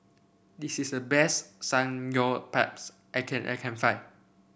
this is the best Samgyeopsal I can I can find